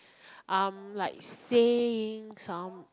um like saying some